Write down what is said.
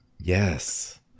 Yes